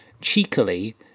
cheekily